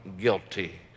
guilty